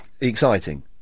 exciting